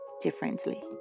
differently